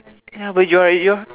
ya but you're a you're